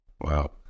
Wow